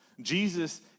Jesus